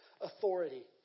authority